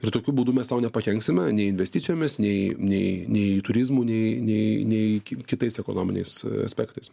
ir tokiu būdu mes sau nepakenksime nei investicijomis nei nei nei turizmu nei nei kit kitais ekonominiais aspektais